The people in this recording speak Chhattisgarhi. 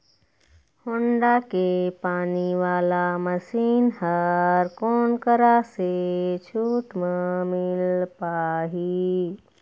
होण्डा के पानी वाला मशीन हर कोन करा से छूट म मिल पाही?